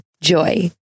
Joy